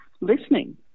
listening